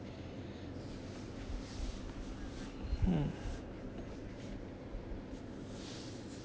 mm